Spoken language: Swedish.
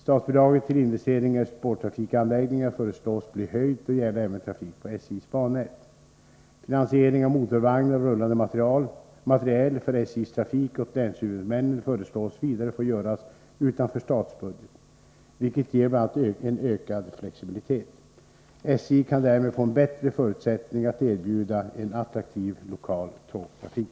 Statsbidraget till investeringar i spårtrafikanläggningar föreslås bli höjt och gälla även trafik på SJ:s bannät. Finansiering av motorvagnar och rullande materiel för SJ:s trafik åt länshuvudmännen föreslås vidare få göras utanför statsbudgeten, vilket ger bl.a. en ökad flexibilitet. SJ kan därmed få än bättre förutsättning att erbjuda en attraktiv lokal tågtrafik.